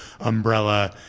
umbrella